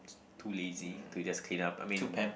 too lazy to just clean up I mean